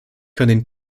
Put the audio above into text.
können